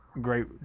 Great